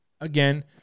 Again